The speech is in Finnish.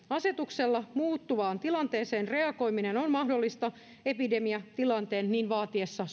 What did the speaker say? asetuksella suuntaan tai toiseen muuttuvaan tilanteeseen reagoiminen on mahdollista epidemiatilanteen niin vaatiessa